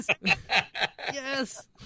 Yes